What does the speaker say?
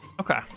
Okay